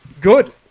good